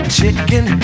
chicken